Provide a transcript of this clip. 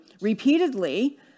repeatedly